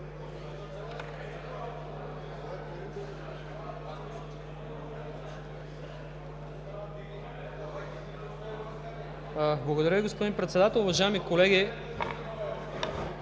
Благодаря Ви, господин Председател. Уважаеми колеги,